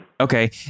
Okay